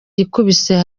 yikubise